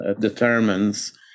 determines